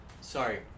Sorry